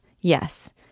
yes